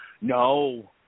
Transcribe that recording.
No